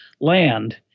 land